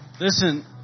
Listen